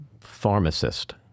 pharmacist